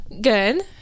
Good